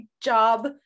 job